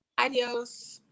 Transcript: Adios